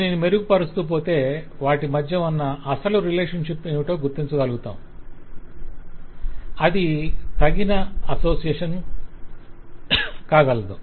దీనిని మెరుగుపరుస్తూ పోతే వాటి మధ్య ఉన్న అసలు రిలేషన్షిప్ ఏమిటో గుర్తించగలుగుతాము అది తగిన అసోసియేషన్ కాగలదు